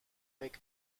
avec